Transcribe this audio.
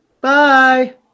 Bye